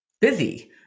busy